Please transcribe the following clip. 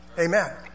Amen